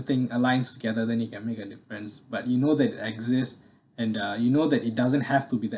thing align together then you can make a difference but you know that exist and uh you know that it doesn't have to be that